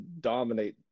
dominate